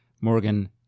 Morgan